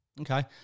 Okay